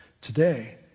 today